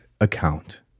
account